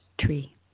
tree